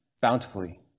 bountifully